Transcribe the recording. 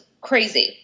crazy